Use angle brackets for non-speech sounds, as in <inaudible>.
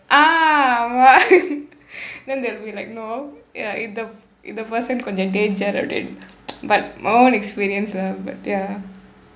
ah உன்:un <laughs> then they will be like you know ya இந்த இந்த:indtha indtha person கொஞ்சம்:konjsam danger அப்படினு:appadinu but my own experience lah but ya